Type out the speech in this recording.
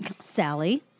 Sally